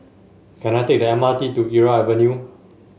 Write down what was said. can I take the M R T to Irau Avenue